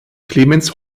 clemens